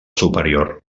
superior